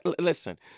Listen